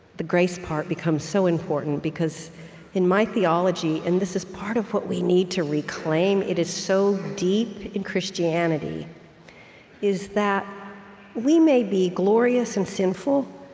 grace part becomes so important, because in my theology and this is part of what we need to reclaim it is so deep in christianity is that we may be glorious and sinful,